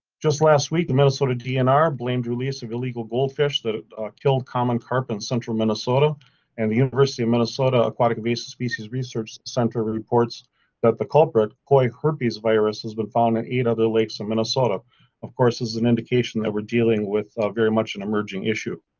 just last week the minnesota dnr blamed release of illegal goldfish that killed common carp in central minnesota and the university of minnesota aquatic invasive species research center reports that the culprit koi herpes virus has been found in eight other lakes in minnesota of course is an indication that we're dealing with a very much an emerging issue.